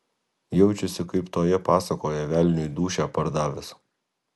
jaučiasi kaip toje pasakoje velniui dūšią pardavęs